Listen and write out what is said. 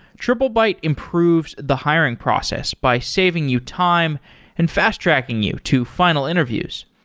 triplebyte improves the hiring process by saving you time and fast-tracking you to final interviews.